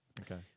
Okay